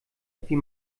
wie